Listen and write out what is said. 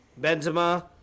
Benzema